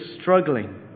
struggling